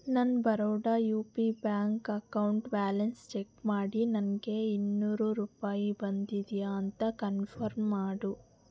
ನನ್ನ Baroda U P bank account balance check ಮಾಡಿ ನನಗೆ ಇನ್ನೂರು ರೂಪಾಯಿ ಬಂದಿದೆಯಾ ಅಂತ ಕನ್ಫರ್ಮ್ ಮಾಡು